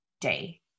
day